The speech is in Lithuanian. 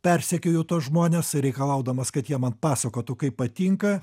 persekioju tuos žmones reikalaudamas kad jie man pasakotų kaip patinka